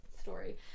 story